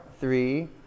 three